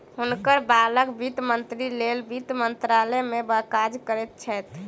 हुनकर बालक वित्त मंत्रीक लेल वित्त मंत्रालय में काज करैत छैथ